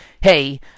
hey